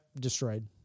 destroyed